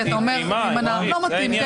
2 של קבוצת סיעת המחנה הממלכתי לא נתקבלה.